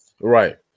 Right